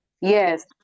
yes